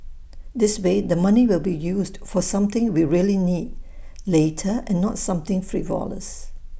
this way the money will be used for something we really need later and not something frivolous